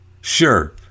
sure